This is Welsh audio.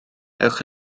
ewch